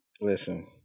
listen